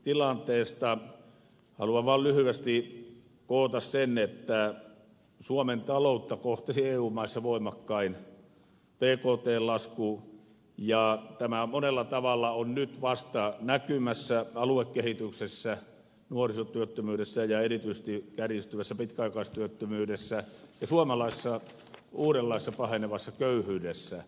haluan vain lyhyesti koota sen että suomen taloutta kohtasi eu maista voimakkain bktn lasku ja tämä on monella tavalla nyt vasta näkymässä aluekehityksessä nuorisotyöttömyydessä ja erityisesti kärjistyvässä pitkäaikaistyöttömyydessä ja suomalaisessa uudenlaisessa pahenevassa köyhyydessä